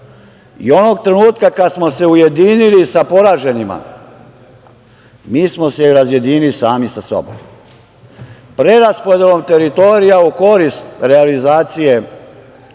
i onog trenutka kad smo se ujedinili sa poraženima, mi smo se razjedinili sami sa sobom. Preraspodelom teritorija u korist realizacije zaključaka